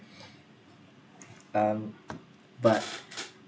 um but